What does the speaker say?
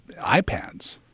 iPads